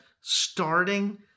starting